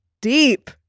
deep